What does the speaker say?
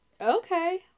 okay